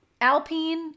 Alpine